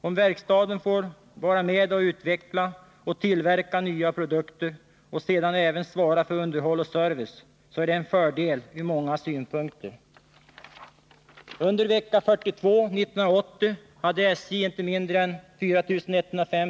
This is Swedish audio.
Om verkstaden får vara med och utveckla och tillverka nya produkter och sedan även svara för underhåll och service, så är det en fördel ur många synpunkter.